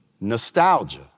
nostalgia